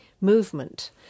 movement